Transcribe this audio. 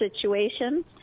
situation